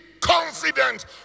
confident